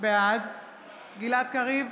בעד גלעד קריב,